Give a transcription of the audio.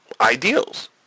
ideals